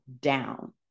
down